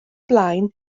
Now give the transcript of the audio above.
blaen